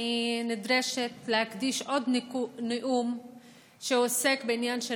אני נדרשת להקדיש עוד נאום שעוסק בעניין של